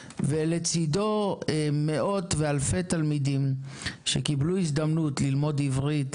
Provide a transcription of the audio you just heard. ולצידו מאות ואלפי תלמידים שקיבלו הזדמנות ללמוד עברית,